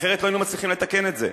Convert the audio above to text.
אחרת, לא היינו מצליחים לתקן את זה.